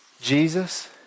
Jesus